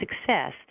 success